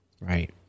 Right